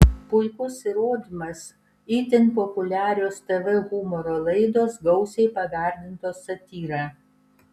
puikus įrodymas itin populiarios tv humoro laidos gausiai pagardintos satyra